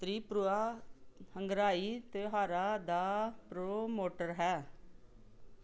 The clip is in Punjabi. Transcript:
ਤ੍ਰਿਪੁਰਾ ਹੰਗਰਾਈ ਤਿਉਹਾਰਾਂ ਦਾ ਪ੍ਰਮੋਟਰ ਹੈ